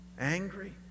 angry